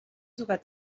sogar